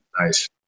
Nice